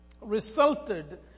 resulted